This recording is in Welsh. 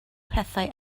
pethau